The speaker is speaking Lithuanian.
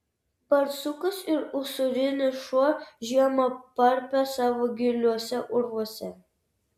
barsukas ir usūrinis šuo žiemą parpia savo giliuose urvuose